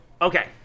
Okay